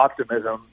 optimism